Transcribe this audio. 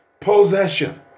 possession